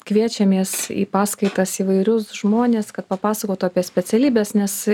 kviečiamės į paskaitas įvairius žmones kad papasakotų apie specialybes nes